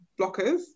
blockers